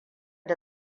da